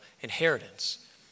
inheritance